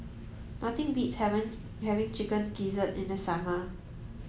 nothing beats having having chicken gizzard in the summer